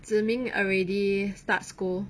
zi ming already start school